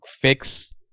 fix